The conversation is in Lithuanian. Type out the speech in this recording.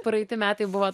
praeiti metai buvo